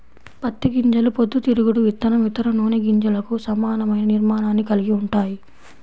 పత్తి గింజలు పొద్దుతిరుగుడు విత్తనం, ఇతర నూనె గింజలకు సమానమైన నిర్మాణాన్ని కలిగి ఉంటాయి